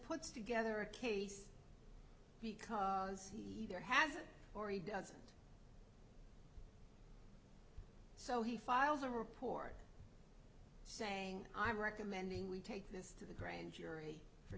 puts together a case because he either has or he doesn't so he files a report saying i'm recommending we take this to the grand jury